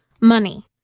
money